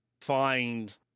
find